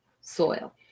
soil